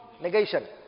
negation